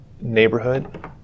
neighborhood